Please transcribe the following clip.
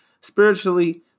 Spiritually